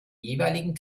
jeweiligen